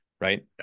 right